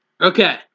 Okay